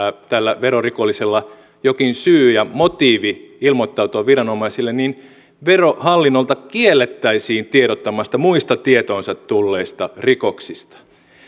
tällä verorikollisella jokin syy ja motiivi ilmoittautua viranomaisille niin verohallintoa kiellettäisiin tiedottamasta muista tietoonsa tulleista rikoksista